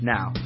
Now